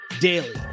Daily